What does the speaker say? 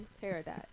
Paradise